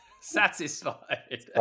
Satisfied